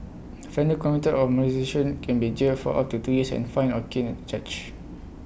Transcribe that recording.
offenders convicted of molestation can be jailed for up to two years and fined or caned charge